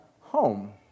home